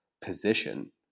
position